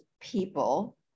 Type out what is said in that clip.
people